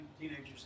teenagers